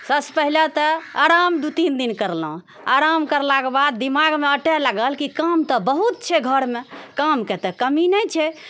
सबसँ पहले तऽ आराम दू तीन दिन करलहुँ आराम करलाके बाद दिमागमे अँटए लागल कि काम तऽ बहुत छै घरमे कामके तऽ कमी नहि छै